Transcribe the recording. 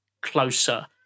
closer